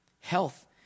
health